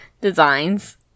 designs